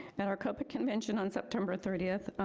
and our copa convention on september thirtieth,